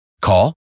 Call